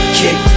kick